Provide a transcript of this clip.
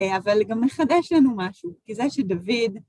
אבל גם מחדש לנו משהו, כי זה שדוד...